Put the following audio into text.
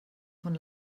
von